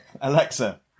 Alexa